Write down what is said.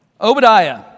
Obadiah